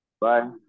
Bye